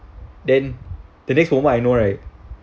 then the next moment I know right